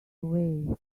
away